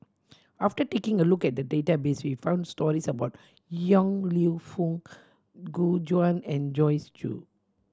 after taking a look at the database we found stories about Yong Lew Foong Gu Juan and Joyce Jue